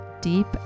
deep